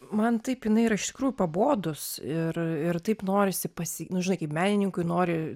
man taip jinai iš tikrųjų pabodus ir ir taip norisi pasi nu žinai kaip menininkui nori